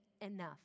enough